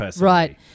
Right